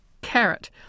carrot